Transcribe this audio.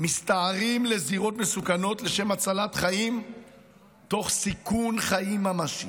מסתערים לזירות מסוכנות לשם הצלת חיים תוך סיכון חיים ממשי.